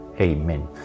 Amen